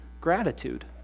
gratitude